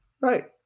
Right